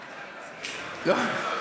לא.